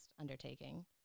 undertaking